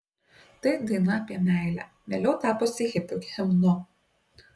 tai daina apie meilę vėliau tapusi hipių himnu